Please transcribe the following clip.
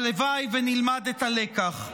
הלוואי ונלמד את הלקח.